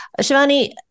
Shivani